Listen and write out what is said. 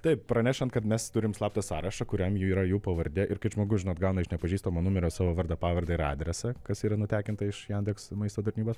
taip pranešant kad mes turim slaptą sąrašą kuriam jų yra jų pavardė ir kai žmogus žinot gauna iš nepažįstamo numerio savo vardą pavardę ir adresą kas yra nutekinta iš jendeks maisto tarnybos